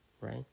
right